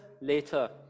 later